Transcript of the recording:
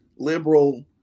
liberal